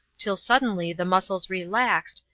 till suddenly the muscles relaxed,